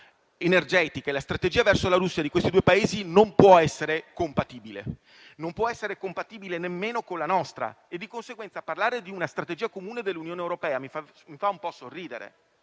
energetica e la strategia verso la Russia di questi due Paesi non può essere compatibile e non può esserlo nemmeno con la nostra. Di conseguenza, parlare di una strategia comune dell'Unione europea mi fa un po' sorridere: